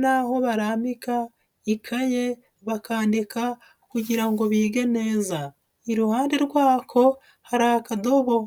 naho barambika ikaye bakandika kugira ngo bige neza, iruhande rwako hari akadobo.